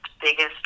biggest